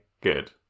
good